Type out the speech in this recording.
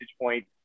point